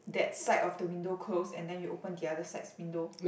that side of the window close and then you open the other sides window